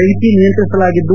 ಬೆಂಕಿ ನಿಯಂತ್ರಿಸಲಾಗಿದ್ದು